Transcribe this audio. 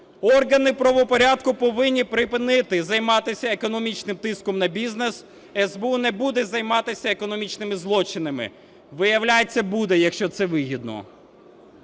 "Органи правопорядку повинні припинити займатися економічним тиском на бізнес. СБУ не буде займатися економічними злочинами". Виявляється, буде, якщо це вигідно.